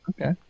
Okay